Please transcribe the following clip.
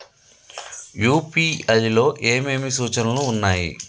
UPI లో ఏమేమి సూచనలు ఉన్నాయి?